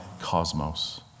cosmos